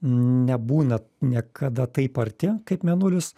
nebūna niekada taip arti kaip mėnulis